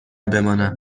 بمانم